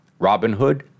Robinhood